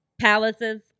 Palaces